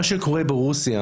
מה שקורה ברוסיה